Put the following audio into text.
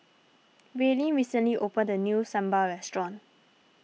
Raelynn recently opened a new Sambar restaurant